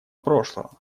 прошлого